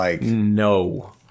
No